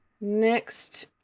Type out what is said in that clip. next